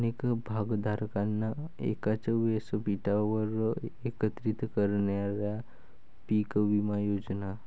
अनेक भागधारकांना एकाच व्यासपीठावर एकत्रित करणाऱ्या पीक विमा योजना